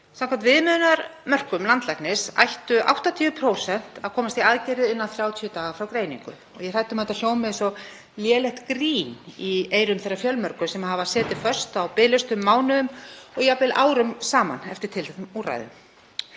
Samkvæmt viðmiðunarmörkum landlæknis ættu 80% að komast í aðgerðir innan 30 daga frá greiningu og ég er hrædd um að þetta hljómi eins og lélegt grín í eyrum þeirra fjölmörgu sem hafa setið föst á biðlistum mánuðum og jafnvel árum saman eftir tilteknum úrræðum.